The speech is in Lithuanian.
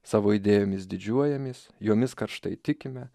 savo idėjomis didžiuojamės jomis karštai tikime